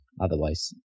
otherwise